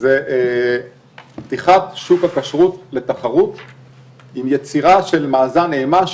זה פתיחת שוק הכשרות לתחרות עם יצירה של מאזן אימה,